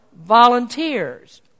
volunteers